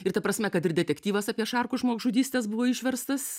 ir ta prasme kad ir detektyvas apie šarkų žmogžudystes buvo išverstas